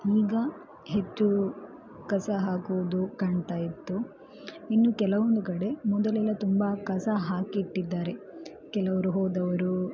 ಈಗ ಹೆಚ್ಚು ಕಸ ಹಾಕುವುದು ಕಾಣ್ತಾ ಇತ್ತು ಇನ್ನೂ ಕೆಲವೊಂದು ಕಡೆ ಮೊದಲೆಲ್ಲ ತುಂಬ ಕಸ ಹಾಕಿಟ್ಟಿದ್ಧಾರೆ ಕೆಲವರು ಹೋದವರು